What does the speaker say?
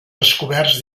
descoberts